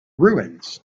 ruins